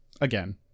Again